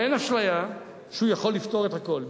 אבל אין אשליה שהוא יכול לפתור את הכול.